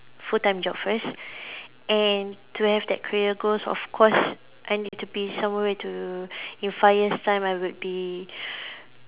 full time job first and to have that career goals of course I need to be somewhere to in five years' time I would be